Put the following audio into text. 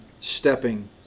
stepping